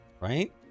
right